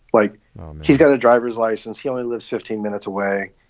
like he's got his driver's license. he only lived fifteen minutes away.